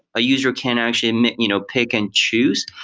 a user can actually you know pick and choose.